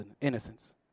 innocence